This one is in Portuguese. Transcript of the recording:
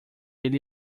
ele